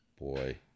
Boy